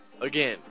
Again